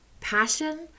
passion